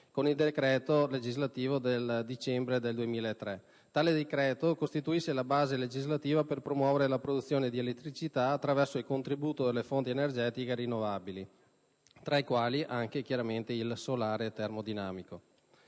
con il decreto legislativo 29 dicembre 2003, n. 387, che costituisce la base legislativa per promuovere la produzione di elettricità attraverso il contributo delle fonti energetiche rinnovabili, tra le quali anche il solare termodinamico.